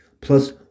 plus